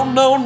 no